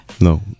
No